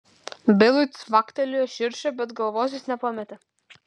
bilui cvaktelėjo širšė bet galvos jis nepametė